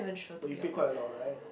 but you play quite a lot right